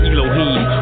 Elohim